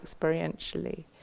experientially